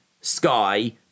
Sky